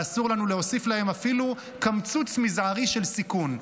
ואסור לנו להוסיף להם אפילו קמצוץ מזערי של סיכון.